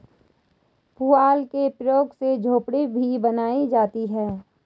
पुआल के प्रयोग से झोपड़ी भी बनाई जाती है